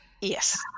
Yes